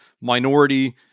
minority